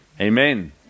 Amen